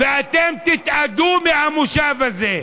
ואתם תתאדו מהמושב הזה.